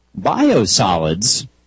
Biosolids